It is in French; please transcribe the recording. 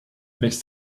les